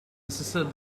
insisted